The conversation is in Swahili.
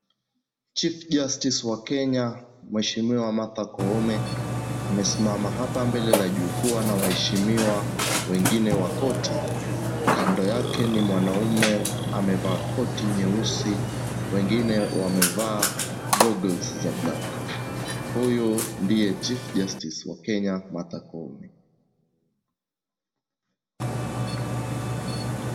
Chief justice wa Kenya mheshimiwa Martha Koome, amesimama hapa mbele ya jukwaa na waheshimiwa wengine wa korti. Kando yake ni mwanamume amevaa koti nyeusi. Wengine wamevaa goggles za black . Huyo ndiye chief justice wa Kenya, Martha Koome.